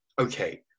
okay